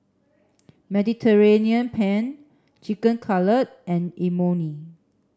Mediterranean Penne Chicken Cutlet and Imoni